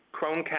Chromecast